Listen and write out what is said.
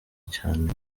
cyane